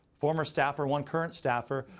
former staffer, one current staffer,